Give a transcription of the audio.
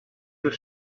you